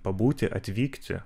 pabūti atvykti